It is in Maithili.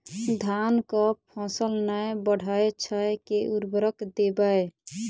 धान कऽ फसल नै बढ़य छै केँ उर्वरक देबै?